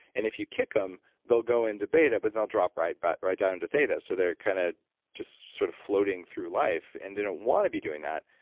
and if you kick them, they'll go into beta, but then they'll drop right but right down into theta. so they're kind of just sort of floating through life. and they don't want to be doing that,